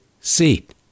seat